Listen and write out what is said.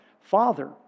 father